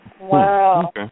Wow